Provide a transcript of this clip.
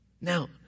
Now